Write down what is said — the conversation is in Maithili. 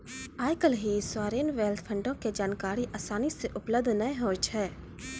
आइ काल्हि सावरेन वेल्थ फंडो के जानकारी असानी से उपलब्ध नै होय छै